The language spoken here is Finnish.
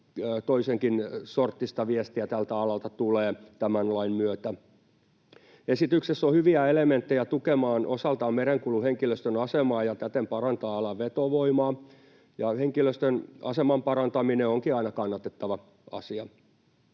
toisenkin sorttista viestiä tältä alalta tulee tämän lain myötä. Esityksessä on hyviä elementtejä tukemaan osaltaan merenkulun henkilöstön asemaa, ja täten se parantaa alan vetovoimaa. Henkilöstön aseman parantaminen onkin aina kannatettava asia.